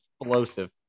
explosive